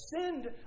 sinned